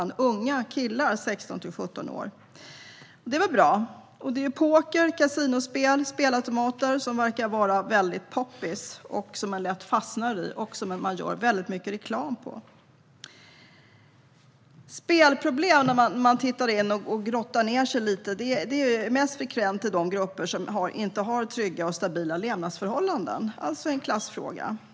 Det är i varje fall lite positivt. Det är väl bra. Det är poker, kasinospel och spelautomater som verkar vara väldigt poppis, som människor fastnar i och som det görs väldigt mycket reklam för. När man tittar på spelproblem och grottar ned sig lite ser man att det är mest frekvent i de grupper som inte har trygga och stabila levnadsförhållanden. Det är alltså en klassfråga.